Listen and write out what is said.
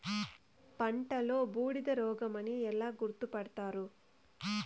పంటలో బూడిద రోగమని ఎలా గుర్తుపడతారు?